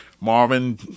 Marvin